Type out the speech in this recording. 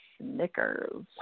Snickers